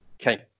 Okay